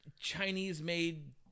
Chinese-made